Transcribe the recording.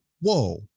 whoa